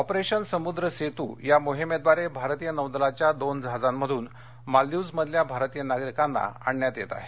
operation Samudra Setu या मोहिमेद्वारे भारतीय नौदलाच्या दोन जहाजांमधून मालदिव्जमधल्या भारतीय नागरिकांना आणण्यात येत आहे